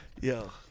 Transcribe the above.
yo